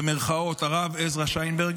במירכאות, "הרב" עזרא שיינברג.